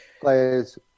Players